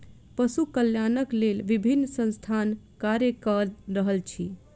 पशु कल्याणक लेल विभिन्न संस्थान कार्य क रहल अछि